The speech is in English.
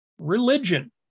religion